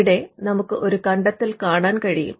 ഇവിടെ നമുക്ക് ഒരു കണ്ടെത്തൽ കാണാൻ കഴിയും